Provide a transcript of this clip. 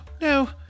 no